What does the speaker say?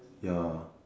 ya